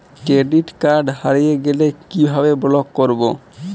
Credit card হারিয়ে গেলে কি ভাবে ব্লক করবো?